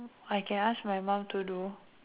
I can ask my mom to do